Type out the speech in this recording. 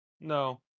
No